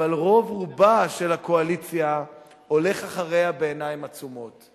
אבל רוב רובה של הקואליציה הולך אחריה בעיניים עצומות.